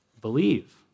believe